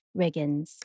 Riggins